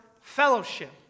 fellowship